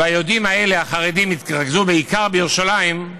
והיהודים האלה, החרדים, התרכזו בעיקר בירושלים,